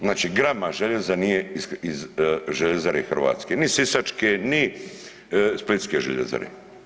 Znači grama željeza nije iz željazare hrvatske, ni sisačke, ni splitske željezare.